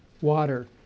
water